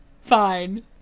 Fine